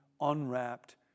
unwrapped